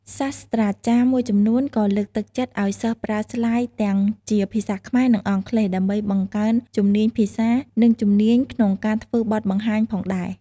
សាស្ត្រាចារ្យមួយចំនួនក៏លើកទឹកចិត្តឱ្យសិស្សប្រើស្លាយទាំងជាភាសាខ្មែរ និងអង់គ្លេស ដើម្បីបង្កើនជំនាញភាសា និងជំនាញក្នុងការធ្វើបទបង្ហាញផងដែរ។